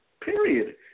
Period